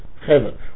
heaven